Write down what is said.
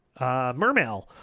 Mermail